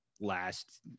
last